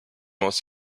most